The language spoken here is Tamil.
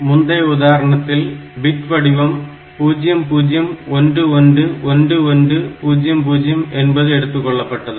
முந்தைய உதாரணத்தில் பிட் வடிவம் 0011 1100 என்பது எடுத்துக்கொள்ளப்பட்டது